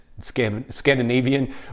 scandinavian